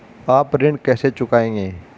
आप ऋण कैसे चुकाएंगे?